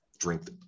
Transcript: drink